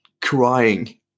crying